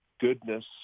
goodness